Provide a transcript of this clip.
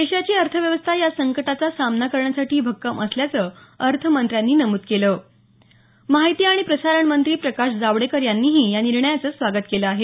देशाची अर्थव्यवस्था या संकटाचा सामना करण्यासाठी भक्कम असल्याचं अर्थमंत्र्यांनी नमूद केलं माहिती आणि प्रसारणमंत्री प्रकाश जावडेकर यांनीही या निर्णयाचं स्वागत केलं आहे